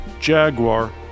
Jaguar